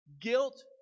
guilt